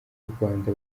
rwanda